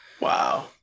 Wow